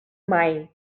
mai